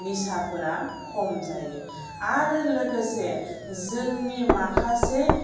निसाफोरा खम जायो आरो लोगोसे जोंनि माखासे